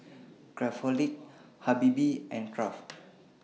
Craftholic Habibie and Kraft